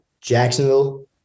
jacksonville